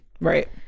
right